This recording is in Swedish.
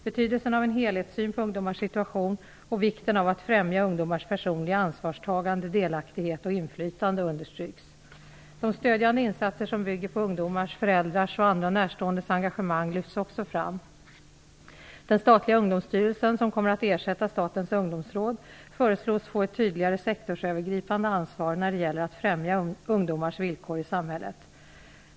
Betydelsen av en helhetssyn på ungdomars situation och vikten av att främja ungdomars personliga ansvarstagande, delaktighet och inflytande understryks. De stödjande insatser som bygger på ungdomars, föräldrars och andra närståendes engagemang lyfts också fram. Den statliga Ungdomsstyrelsen som kommer att ersätta Statens ungdomsråd föreslås få ett tydligare sektorsövergripande ansvar när det gäller att främja ungdomars villkor i samhället.